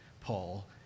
Paul